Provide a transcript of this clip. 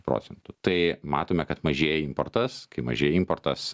procentų tai matome kad mažėja importas kai mažėja importas